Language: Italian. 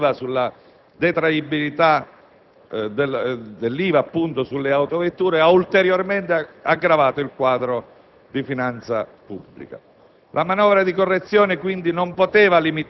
Gli effetti della nota sentenza sulla detraibilità dell'IVA sulle autovetture ha ulteriormente aggravato il quadro di finanza pubblica.